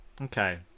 Okay